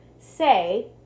say